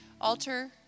altar